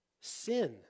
sin